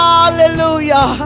Hallelujah